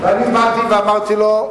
ואני באתי ואמרתי לו,